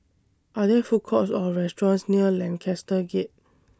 Are There Food Courts Or restaurants near Lancaster Gate